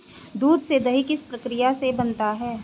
दूध से दही किस प्रक्रिया से बनता है?